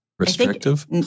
Restrictive